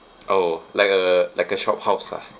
oh like a like a shophouse lah